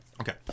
okay